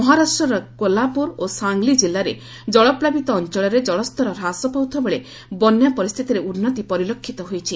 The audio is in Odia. ମହାରାଷ୍ଟ୍ରର କୋହ୍ଲାପୁର ଓ ସାଙ୍ଗଲି ଜିଲ୍ଲାରେ ଜଳପ୍ଲାବିତ ଅଞ୍ଚଳରେ ଜଳସ୍ତର ହ୍ରାସ ପାଉଥିବାବେଳେ ବନ୍ୟା ପରିସ୍ଥିତିରେ ଉନ୍ନତି ପରିଲକ୍ଷିତ ହୋଇଛି